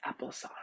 applesauce